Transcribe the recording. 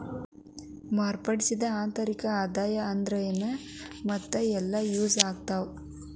ಮಾರ್ಪಡಿಸಿದ ಆಂತರಿಕ ಆದಾಯದ ದರ ಅಂದ್ರೆನ್ ಮತ್ತ ಎಲ್ಲಿ ಯೂಸ್ ಆಗತ್ತಾ